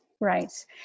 right